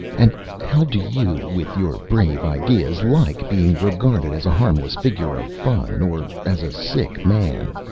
and how do you, with your brave ideas, like being regarded as a harmless figure of fun, or as a sick man?